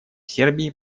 сербии